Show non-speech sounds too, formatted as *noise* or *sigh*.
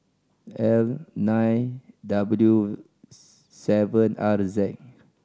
L nine W *unintelligible* seven R Z